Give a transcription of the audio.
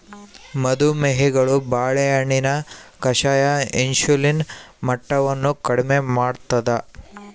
ಮದು ಮೇಹಿಗಳು ಬಾಳೆಹಣ್ಣಿನ ಕಷಾಯ ಇನ್ಸುಲಿನ್ ಮಟ್ಟವನ್ನು ಕಡಿಮೆ ಮಾಡ್ತಾದ